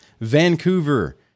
Vancouver